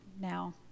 now